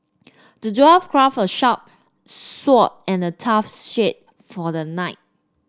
the dwarf craft a sharp sword and a tough shield for the knight